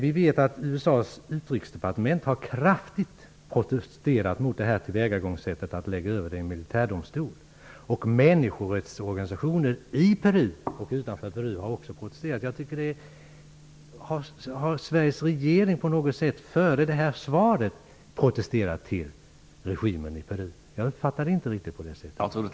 USA:s utrikesdepartement har kraftigt protesterat mot tillvägagångssättet att lägga över målet till en militärdomstol. Människorättsorganisationer i och utanför Peru har också protesterat. Har Sveriges regering, före detta svar, lämnat någon protest till regimen i Peru? Jag uppfattade det inte riktigt på det sättet.